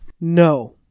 No